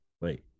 Wait